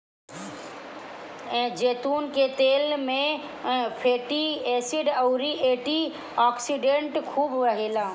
जैतून के तेल में फैटी एसिड अउरी एंटी ओक्सिडेंट खूब रहेला